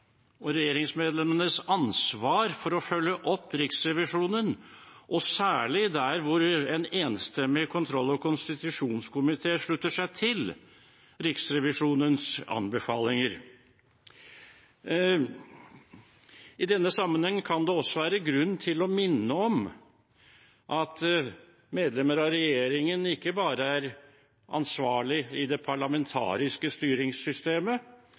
og regjeringsmedlemmenes ansvar for å følge opp Riksrevisjonen, særlig der hvor en enstemmig kontroll- og konstitusjonskomité slutter seg til Riksrevisjonens anbefalinger. I denne sammenheng kan det også være grunn til å minne om at medlemmer av regjeringen ikke bare er ansvarlig i det parlamentariske styringssystemet,